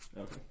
Okay